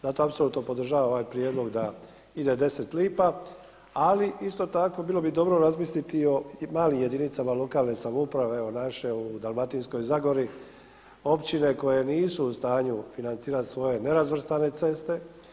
Zato apsolutno podržavam ovaj prijedlog da ide 10 lipa, ali isto tako bilo bi dobro razmisliti i o malim jedinicama lokalne samouprave u Dalmatinskoj zagori, općine koje nisu u stanju financirati svoje nerazvrstane ceste.